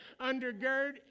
Undergird